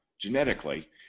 genetically